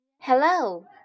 Hello